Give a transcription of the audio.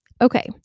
Okay